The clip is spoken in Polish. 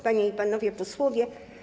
Panie i Panowie Posłowie!